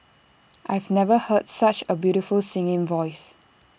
I've never heard such A beautiful singing voice